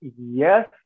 yes